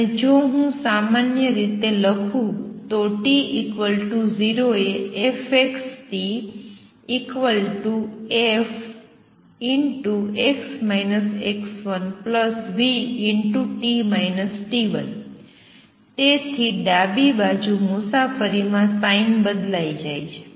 અને જો હું સામાન્ય રીતે લખું તો t 0 એ fxt f v તેથી ડાબી બાજુ મુસાફરી માં સાઇન બદલાય છે